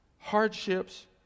Hardships